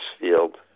field